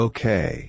Okay